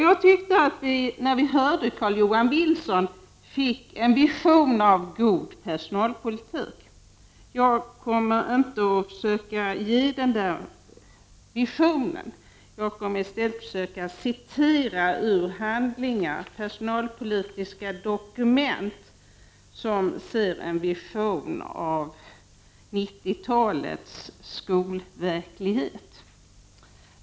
Jag tycker att vi, när vi hörde på Carl-Johan Wilson, fick en vision av god personalpolitik. Jag kommer inte att försöka ge den visionen. Jag skall i stället läsa ur handlingar, personalpolitiska dokument, där man ser en vision av 90-talets skolverklighet.